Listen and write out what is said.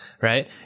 right